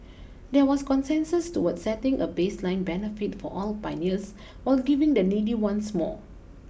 there was consensus towards setting a baseline benefit for all pioneers while giving the needy ones more